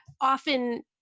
often